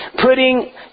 putting